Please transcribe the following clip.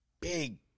big